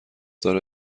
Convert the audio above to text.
داره